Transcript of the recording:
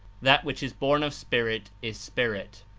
that which is born of spirit is spirit'.